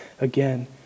again